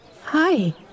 Hi